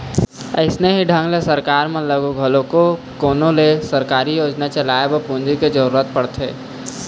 अइसने ही ढंग ले सरकार ल घलोक कोनो ढंग ले सरकारी योजना चलाए बर पूंजी के जरुरत पड़थे